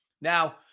Now